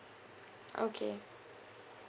okay